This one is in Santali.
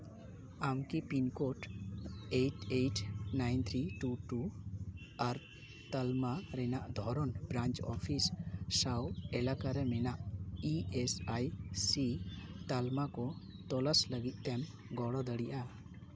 ᱟᱢ ᱠᱤ pincode eight eight nine three ᱟᱨ ᱛᱟᱞᱢᱟ ᱨᱮᱱᱟᱜ ᱫᱷᱚᱨᱚᱱ ᱵᱨᱟᱱᱥ ᱚᱯᱷᱤᱥ ᱥᱟᱶ ᱮᱞᱟᱠᱟ ᱨᱮ ᱢᱮᱱᱟᱜ ᱤ ᱮᱥ ᱟᱭ ᱥᱤ ᱛᱟᱞᱢᱟ ᱠᱚ ᱛᱚᱞᱟᱥ ᱞᱟᱹᱜᱤᱫ ᱛᱮᱢ ᱜᱚᱲᱚ ᱫᱟᱲᱤᱭᱟᱜᱼᱟ